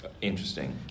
interesting